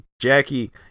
Jackie